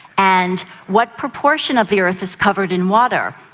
and what proportion of the earth is covered in water?